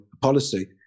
policy